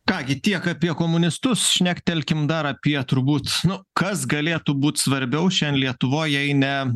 ką gi tiek apie komunistus šnektelkim dar apie turbūt nu kas galėtų būt svarbiau šian lietuvoj jei ne